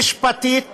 המשפטית